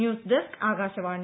news desk Akashvani